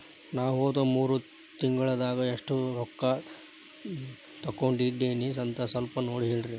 ನಾ ಹೋದ ಮೂರು ತಿಂಗಳದಾಗ ಎಷ್ಟು ರೊಕ್ಕಾ ತಕ್ಕೊಂಡೇನಿ ಅಂತ ಸಲ್ಪ ನೋಡ ಹೇಳ್ರಿ